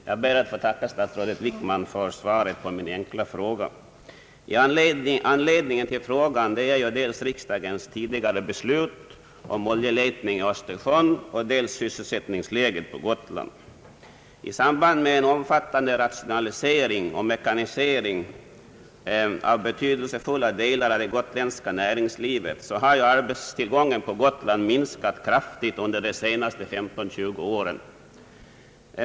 Jag ber att få tacka statsrådet Wickman för svaret på min enkla fråga. Anledningen till frågan var dels riksdagens tidigare beslut om oljeletning i Östersjön, dels sysselsättningsläget på Gotland. I samband med en omfattande rationalisering och mekanisering av betydelsefulla delar av det gotländska näringslivet har arbetstillgången på Gotland minskat kraftigt under de senaste 15—20 åren.